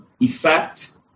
effect